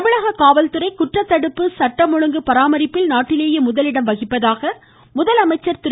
தமிழக காவல்துறை குற்றத்தடுப்பு சட்டம் ஒழுங்கு பராமரிப்பில் நாட்டிலேயே முதலிடம் வகிப்பதாக முதலமைச்சர் திரு